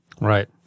Right